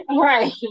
Right